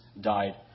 died